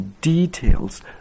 details